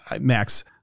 Max